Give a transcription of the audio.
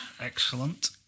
Excellent